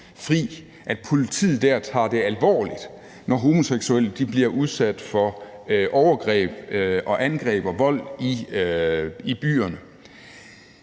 sig for lgbtq-fri, tager det alvorligt, når homoseksuelle bliver udsat for overgreb og angreb og vold i byerne.